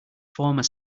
former